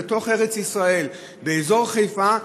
בתוך ארץ-ישראל, באזור חיפה,